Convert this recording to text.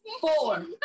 Four